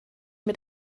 mit